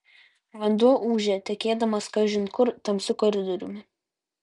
vanduo ūžė tekėdamas kažin kur tamsiu koridoriumi